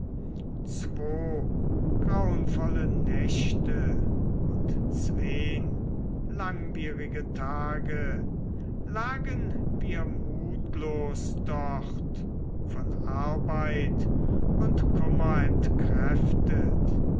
zwo grauenvolle nächte und zween langwierige tage lagen wir mutlos dort von arbeit und kummer entkräftet